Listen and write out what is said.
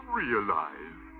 realize